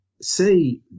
Say